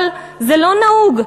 אבל זה לא נהוג,